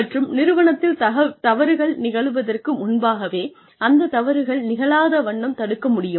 மற்றும் நிறுவனத்தில் தவறுகள் நிகழவதற்கு முன்பாகவே அந்த தவறுகள் நிகழாத வண்ணம் தடுக்க முடியுமா